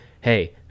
hey